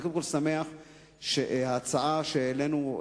אני קודם כול שמח שההצעה שהעלינו,